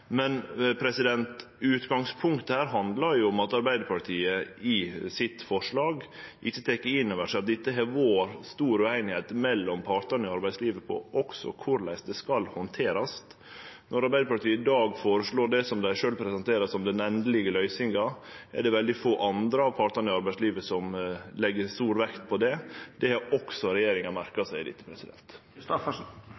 Men utgangspunktet her handlar om at Arbeidarpartiet i forslaget sitt ikkje tek inn over seg at dette har det vore stor ueinigheit om mellom partane i arbeidslivet, også om korleis det skal handterast. Når Arbeidarpartiet i dag føreslår det som dei sjølve presenterer som den endelege løysinga, er det veldig få andre av partane i arbeidslivet som legg stor vekt på det. Det har også regjeringa